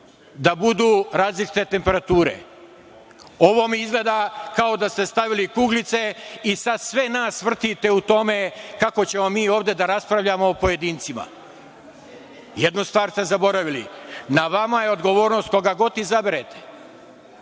da budu različite temperature. Ovo mi izgleda kao da ste stavili kuglice i sad sve nas vrtite u tome kako ćemo mi ovde da raspravljamo o pojedincima. Jednu stvar ste zaboravili. Na vama je odgovornost koga god izaberete. Ima